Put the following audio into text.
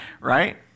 right